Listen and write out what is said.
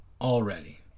already